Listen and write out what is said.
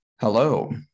Hello